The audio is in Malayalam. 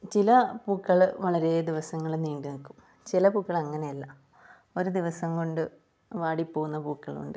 ചില പൂക്കള് വളരെ ദിവസങ്ങള് നീണ്ട് നിൽക്കും ചില പൂക്കള് അങ്ങനെയല്ല ഒരു ദിവസം കൊണ്ട് വാടിപ്പോവുന്ന പൂക്കളുണ്ട്